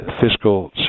fiscal